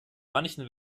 manchen